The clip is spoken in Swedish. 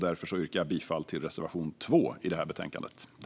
Därför yrkar jag bifall till reservation 2 i betänkandet.